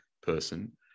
person